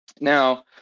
Now